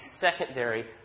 secondary